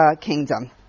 kingdom